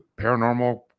paranormal